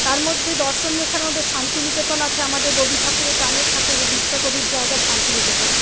তার মধ্যে দর্শনীয় স্থানের মধ্যে শান্তিনিকেতন আছে আমাদের রবি ঠাকুর প্রাণের ঠাকুর বিশ্বকবির জায়গা শান্তিনিকেতন